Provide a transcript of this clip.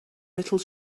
little